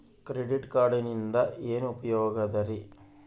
Credit ಕಾರ್ಡಿನಿಂದ ಏನು ಉಪಯೋಗದರಿ?